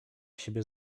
siebie